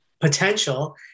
potential